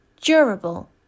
durable